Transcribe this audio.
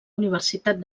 universitat